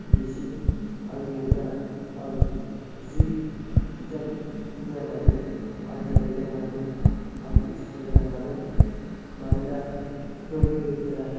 दिनैसिम आंनियाव दा आं जि एग्जाम होआमानो आनजाद लिरा मानो आं उथ्रिसार जानो हादों मानोना फोरोंगिरिफोरा